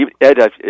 Ed